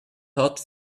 hat